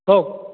কওক